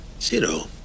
zero